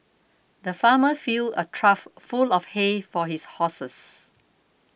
the farmer filled a trough full of hay for his horses